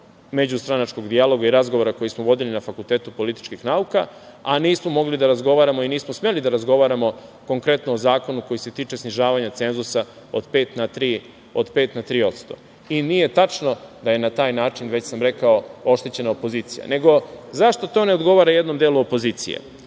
međustranačkog dijaloga i razgovora koji smo vodili na Fakultetu političkih nauka, a nismo mogli da razgovaramo i nismo smeli da razgovaramo konkretno o zakonu koji se tiče snižavanja cenzusa od 5% na 3%? Nije tačno da je na taj način, već sam rekao, oštećena opozicija.Zašto to ne odgovara jednom delu opozicije?